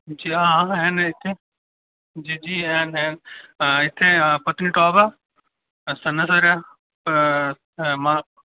जी हां हैन इत्थै जी जी हैन हैन आं इत्थै पत्नीटाप ऐ सनासर ऐ